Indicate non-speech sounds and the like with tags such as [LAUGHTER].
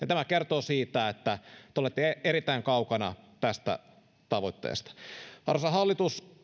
[UNINTELLIGIBLE] tämä kertoo siitä että te olette erittäin kaukana tästä tavoitteesta arvoisa hallitus